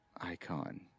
icon